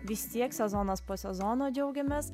vis tiek sezonas po sezono džiaugiamės